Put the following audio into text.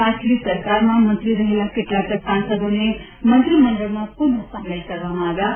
પાછલી સરકારમાં મંત્રી રહેલા કેટલાક સાંસદોને મંત્રીમંડળમાં પુનઃ સામેલ કરવામાં આવ્યા છે